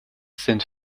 sind